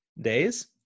days